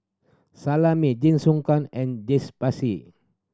Salami Jingisukan and